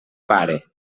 pare